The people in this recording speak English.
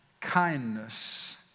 kindness